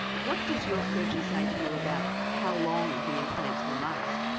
what does your surgeon say to you about how long the implants will last?